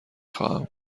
خواهم